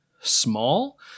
small